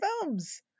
films